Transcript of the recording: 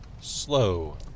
slow